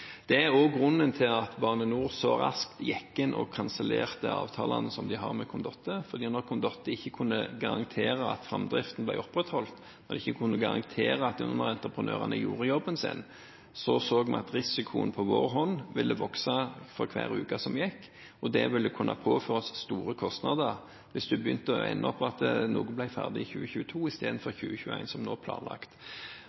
Det er også grunnen til at Bane NOR så raskt gikk inn og kansellerte avtalene som de hadde med Condotte, for når Condotte ikke kunne garantere at framdriften ble opprettholdt, og ikke kunne garantere at underentreprenørene gjorde jobben sin, så vi at risikoen på vår hånd ville vokse for hver uke som gikk. Det ville kunne påføre oss store kostnader hvis en endte opp med at noe ble ferdig i 2022